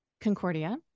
Concordia